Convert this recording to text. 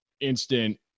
instant